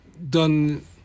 Done